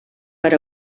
per